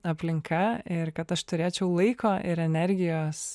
aplinka ir kad aš turėčiau laiko ir energijos